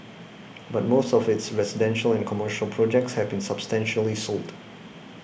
but most of its residential and commercial projects have been substantially sold